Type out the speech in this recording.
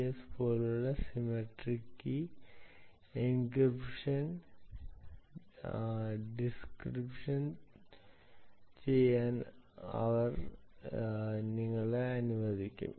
S പോലുള്ള symmetric key encryption encrypt ചെയ്യാൻ അവർ നിങ്ങളെ അനുവദിക്കും